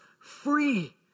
free